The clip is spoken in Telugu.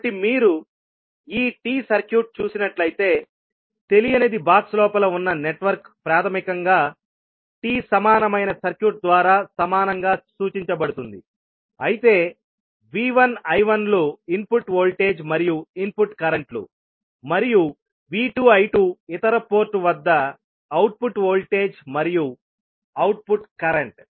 కాబట్టి మీరు ఈ T సర్క్యూట్ చూసినట్లయితే తెలియనిది బాక్స్ లోపల ఉన్న నెట్వర్క్ ప్రాథమికంగా T సమానమైన సర్క్యూట్ ద్వారా సమానంగా సూచించబడుతుంది అయితే V1I1లు ఇన్పుట్ వోల్టేజ్ మరియు ఇన్పుట్ కరెంట్ లు మరియు V2I2 ఇతర పోర్టు వద్ద అవుట్పుట్ వోల్టేజ్ మరియు అవుట్పుట్ కరెంట్